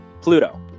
Pluto